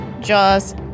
Jaws